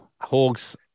Hogs